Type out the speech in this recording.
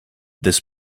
this